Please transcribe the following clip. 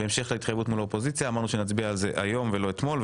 בהמשך להתחייבות מול האופוזיציה אמרנו שנצביע על זה היום ולא אתמול,